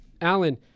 Alan